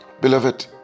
Beloved